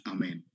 Amen